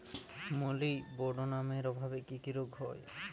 মলিবডোনামের অভাবে কি কি রোগ হয়?